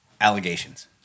allegations